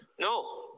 No